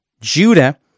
Judah